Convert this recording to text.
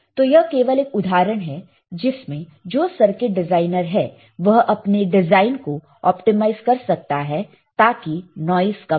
तो यह केवल एक उदाहरण है जिसमें जो सर्किट डिज़ाइनर है वह अपने डिजाइन को ऑप्टिमाइज कर सकता है ताकि नॉइस कम रहे